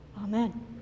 Amen